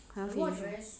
!huh! haven't finish